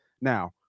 Now